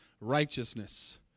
righteousness